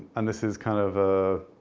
and this is kind of a.